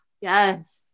yes